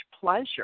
pleasure